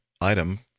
item